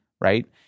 right